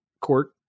court